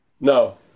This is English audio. No